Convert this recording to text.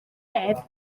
neb